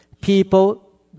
people